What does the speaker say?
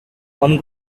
one